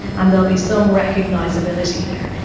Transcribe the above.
and there will be some recognisability there.